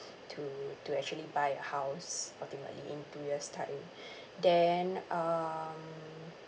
to to actually buy a house ultimately in two years time then um